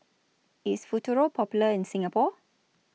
IS Futuro Popular in Singapore